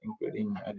including